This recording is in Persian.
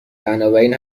بنابراین